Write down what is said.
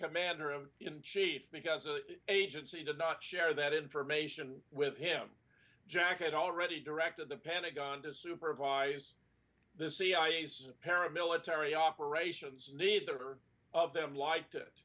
commander in chief because the agency did not share that information with him jack had already directed the pentagon to supervise the cia's paramilitary operations neither of them liked it